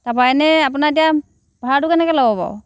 তাৰপৰা এনে আপোনাৰ এতিয়া ভাৰাটো কেনেকৈ ল'ব বাৰু